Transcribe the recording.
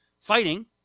fighting